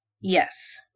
Yes